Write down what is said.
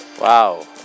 Wow